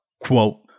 quote